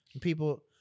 People